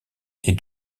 les